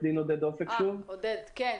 לי שאלה.